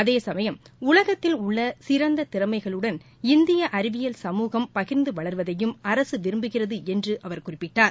அதேசமயம் உலகத்தில் உள்ள சிறந்த திறமைகளுடன் இந்திய அறிவியல் சமூகம் பகிா்ந்து வளர்வதையும் அரசு விரும்புகிறது என்று அவர் குறிப்பிட்டார்